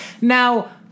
Now